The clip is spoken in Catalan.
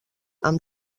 amb